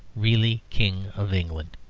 really king of england.